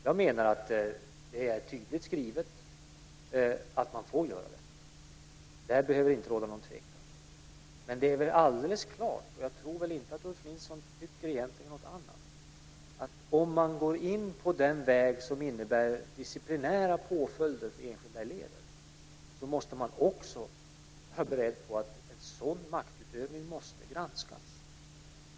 Jag menar att det är tydligt skrivet att man får göra det. Det behöver det inte råda någon tvekan om. Men det är väl alldeles klart, och jag tror inte att Ulf Nilsson egentligen tycker något annat, att om man går in på en väg som innebär disciplinära påföljder för enskilda elever, måste man också vara beredd på att en sådan maktutövning måste granskas.